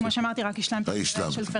כמו שאמרתי, רק השלמתי את דבריה של גברת גליה.